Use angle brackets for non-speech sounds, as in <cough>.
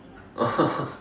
<laughs>